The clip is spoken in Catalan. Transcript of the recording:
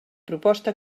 proposta